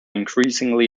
increasingly